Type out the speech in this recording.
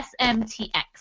SMTX